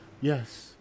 Yes